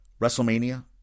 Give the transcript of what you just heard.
WrestleMania